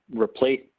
replace